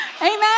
Amen